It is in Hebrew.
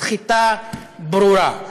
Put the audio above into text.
סחיטה ברורה.